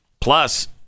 Plus